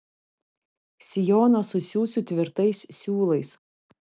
sijoną susiųsiu tvirtais siūlais